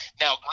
Now